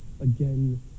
again